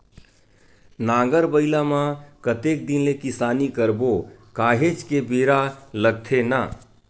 नांगर बइला म कतेक दिन ले किसानी करबो काहेच के बेरा लगथे न